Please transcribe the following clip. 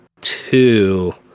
two